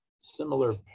similar